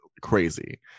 Crazy